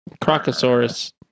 Crocosaurus